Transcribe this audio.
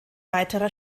weiterer